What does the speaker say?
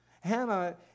Hannah